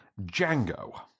Django